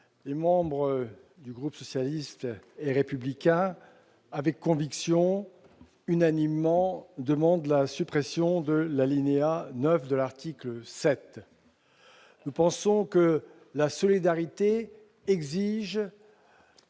Les membres du groupe socialiste et républicain, avec conviction, et unanimement, demandent la suppression de l'alinéa 9 de l'article 7. La solidarité est